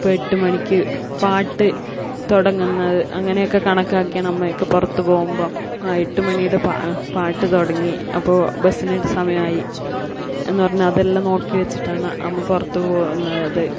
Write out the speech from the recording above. ഇപ്പോൾ എട്ട് മണിക്ക് പാട്ട് തുടങ്ങുന്നത് അങ്ങനെയൊക്കെ കണക്കാക്കിയാണ് അമ്മയൊക്കെ പുറത്ത് പോകുമ്പോൾ എട്ടു മണിയുടെ പാട്ട് തുടങ്ങി അപ്പോൾ ബസിനു സമയമായി എന്ന് പറഞ്ഞാൽ അതെല്ലാം നോക്കി വച്ചിട്ടാണ് അമ്മ പുറത്തു പോവുന്നത്